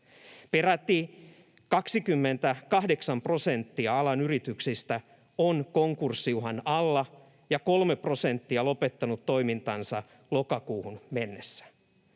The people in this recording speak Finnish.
Peräti 28 prosenttia alan yrityksistä on konkurssiuhan alla ja 3 prosenttia lopettanut toimintansa lokakuuhun mennessä.